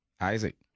isaac